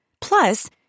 plus